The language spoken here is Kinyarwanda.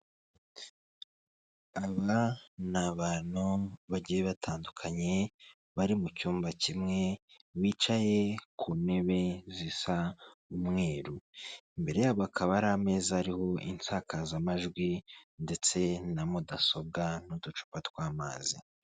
Aba ni abantu bagiye batandukanye bari mu cyumba kimwe bicaye ku ntebe zisa umweru, imbere yabo bakaba hari ameza ariho insakazamajwi ndetse na mudasobwa n'uducupa tw'amazi.